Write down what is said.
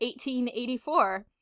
1884